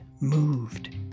moved